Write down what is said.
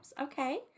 okay